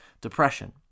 depression